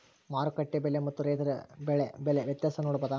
ಮಾರುಕಟ್ಟೆ ಬೆಲೆ ಮತ್ತು ರೈತರ ಬೆಳೆ ಬೆಲೆ ವ್ಯತ್ಯಾಸ ನೋಡಬಹುದಾ?